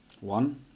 one